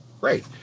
Great